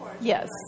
Yes